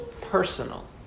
personal